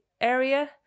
area